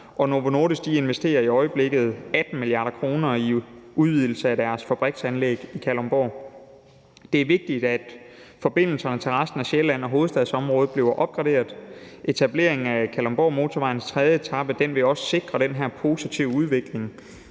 og Novo Nordisk investerer i øjeblikket 18 mia. kr. i en udvidelse af deres fabriksanlæg i Kalundborg. Det er vigtigt, at forbindelserne til resten af Sjælland og hovedstadsområdet bliver opgraderet. Etableringen af Kalundborgmotorvejens tredje etape vil også sikre den positive udvikling,